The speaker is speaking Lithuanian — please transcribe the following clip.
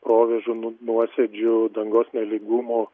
provėžų nu nuosėdžių dangos nelygumo